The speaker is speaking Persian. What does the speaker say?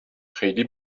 خیلی